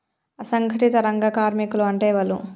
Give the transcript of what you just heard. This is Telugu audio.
అసంఘటిత రంగ కార్మికులు అంటే ఎవలూ?